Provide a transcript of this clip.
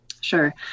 Sure